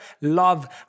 love